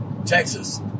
Texas